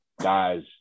guys